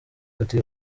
kati